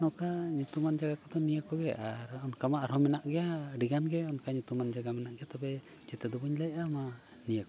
ᱱᱚᱝᱠᱟ ᱧᱩᱛᱩᱢᱟᱱ ᱡᱟᱭᱜᱟ ᱠᱚᱫᱚ ᱱᱤᱭᱟᱹ ᱠᱚᱜᱮ ᱟᱨ ᱚᱱᱠᱟᱢᱟ ᱟᱨᱦᱚᱸ ᱢᱮᱱᱟᱜ ᱜᱮᱭᱟ ᱟᱹᱰᱤ ᱜᱟᱱ ᱜᱮ ᱚᱱᱠᱟ ᱧᱩᱛᱩᱢᱟᱱ ᱡᱟᱭᱜᱟ ᱢᱮᱱᱟᱜ ᱜᱮᱭᱟ ᱛᱚᱵᱮ ᱡᱮᱛᱮ ᱫᱚ ᱵᱟᱹᱧ ᱞᱟᱹᱭᱮᱫᱼᱟ ᱢᱟ ᱱᱤᱭᱟᱹ ᱠᱚᱜᱮ